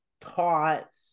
taught